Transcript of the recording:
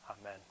Amen